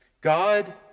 God